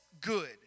good